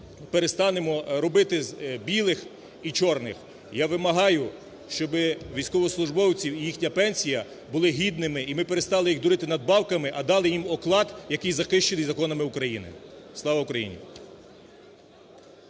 перестанемо, перестанемо робити білих і чорних. Я вимагаю, щоби військовослужбовці і їхня пенсія були гідними і ми перестали їх дурити надбавками, а дали їм оклад, який захищений законами України. Слава Україні!